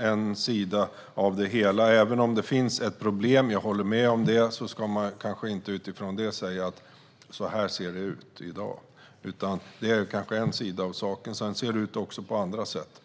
en sida av det hela. Jag håller med om att det finns ett problem, men man ska inte utifrån det säga att det är så det ser ut i dag. Det kan vara en sida av saken. Sedan kan det se ut också på andra sätt.